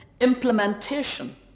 implementation